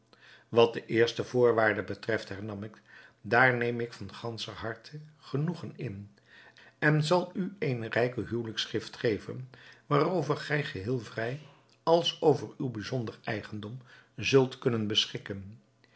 wat de eerste voorwaarde betreft hernam ik daar neem ik van ganscher harte genoegen in en zal u eene rijke huwelijksgift geven waarover gij geheel vrij als over uw bijzonder eigendom zult kunnen beschikken